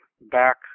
back